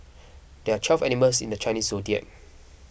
there are twelve animals in the Chinese zodiac